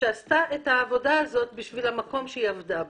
שעשתה את העבודה הזו עבור המקום שהיא עבדה בו,